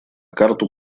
карту